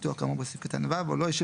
הסוף ואז אני אגיד